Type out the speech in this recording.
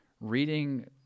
reading